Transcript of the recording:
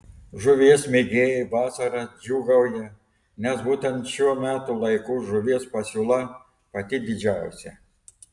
žuvies mėgėjai vasarą džiūgauja nes būtent šiuo metų laiku žuvies pasiūla pati didžiausia